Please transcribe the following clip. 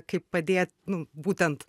kaip padėt nu būtent